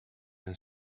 then